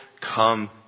come